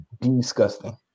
disgusting